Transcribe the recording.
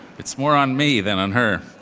it's more on me than on her.